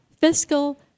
fiscal